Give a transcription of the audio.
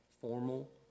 formal